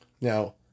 Now